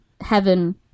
Heaven